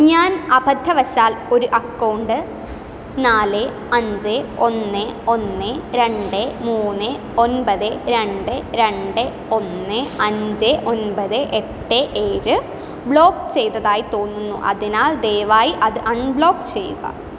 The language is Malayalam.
ഞാൻ അബദ്ധ വശാൽ ഒരു അക്കൗണ്ട് നാല് അഞ്ച് ഒന്ന് ഒന്ന് രണ്ട് മൂന്ന് ഒൻപത് രണ്ട് രണ്ട് ഒന്ന് അഞ്ച് ഒൻപത് എട്ട് ഏഴ് ബ്ലോക്ക് ചെയ്തതായി തോന്നുന്നു അതിനാൽ ദയവായി അത് അൺബ്ലോക്ക് ചെയ്യുക